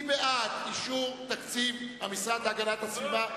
מי בעד אישור תקציב המשרד להגנת הסביבה?